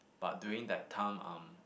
but during that time um